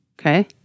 Okay